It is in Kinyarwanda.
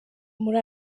muri